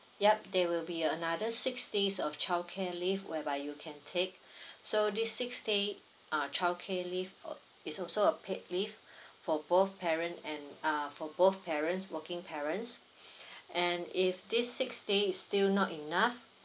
yup there will be another six days of childcare leave whereby you can take so this six day uh childcare leave uh it's also a paid leave for both parent and uh for both parents working parents and if this six day is still not enough